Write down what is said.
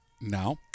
Now